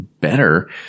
better